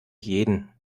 jeden